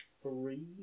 three